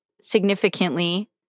significantly